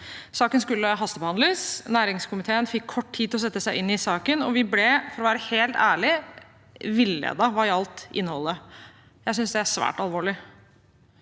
Saken skulle hastebehandles. Næringskomiteen fikk kort tid til å sette seg inn i saken, og vi ble – for å være helt ærlig – villedet hva gjaldt innholdet. Jeg synes det er svært alvorlig.